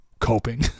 coping